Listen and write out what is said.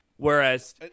Whereas